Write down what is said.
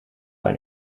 ein